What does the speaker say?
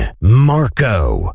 Marco